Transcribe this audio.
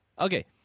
Okay